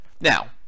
Now